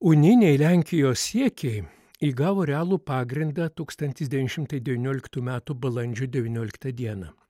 uniniai lenkijos siekiai įgavo realų pagrindą tūkstantis devyni šimtai devynioliktų metų balandžio devynioliktą dieną